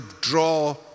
draw